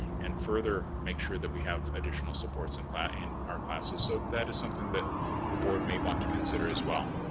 and further make sure that we have additional supports and in our classes. so that is something that the board may want to consider, as well.